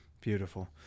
Beautiful